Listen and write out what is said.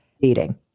eating